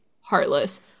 Heartless